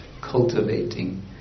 Cultivating